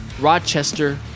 Rochester